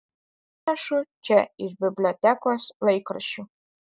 parsinešu čia iš bibliotekos laikraščių